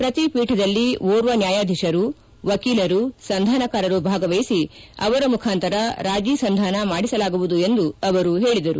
ಪ್ರತಿ ಪೀಠದಲ್ಲಿ ಒರ್ವ ನ್ಯಾಯಾಧೀಶರು ವಕೀಲರು ಸಂಧಾನಕಾರರು ಭಾಗವಹಿಸಿ ಅವರ ಮುಖಾಂತರ ರಾಜೇ ಸಂಧಾನ ಮಾಡಿಸಲಾಗುವುದು ಎಂದು ಅವರು ಹೇಳದರು